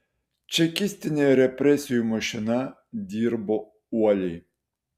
čekistinė represijų mašina dirbo uoliai